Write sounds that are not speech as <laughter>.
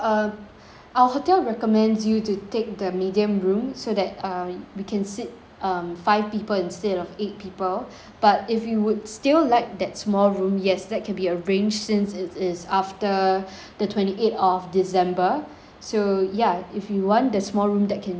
our hotel recommends you to take the medium room so that uh we can suit um five people instead of eight people <breath> but if you would still like that small room yes that can be arranged since it is after <breath> the twenty eighth of december so ya if you want the small room that can be arranged